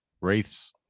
Wraiths